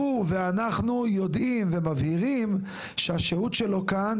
הוא ואנחנו יודעים ומבהירים שהשהות שלו כאן